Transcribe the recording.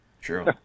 True